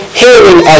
hearing